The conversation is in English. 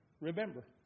remember